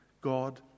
God